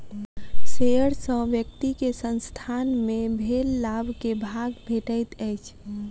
share सॅ व्यक्ति के संसथान मे भेल लाभ के भाग भेटैत अछि